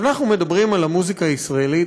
כשאנחנו מדברים על המוזיקה הישראלית,